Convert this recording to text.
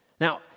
Now